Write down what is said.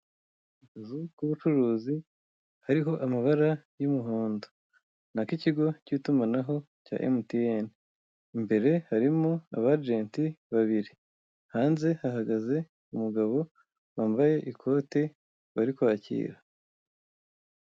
Akazu k'ubucuruzi hariho amabara y'umuhondo, ni ak'ikigo k'itumanaho cya MTN, imbere harimo abajenti babiri, hanze hahagaze umugabo wambaye ikote bari kwakira.